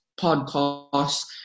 podcasts